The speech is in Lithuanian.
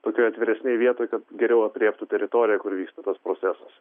tokioj atviresnėj vietoj kad geriau aprėptų teritoriją kur vyksta tas procesas